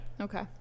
Okay